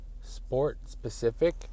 sport-specific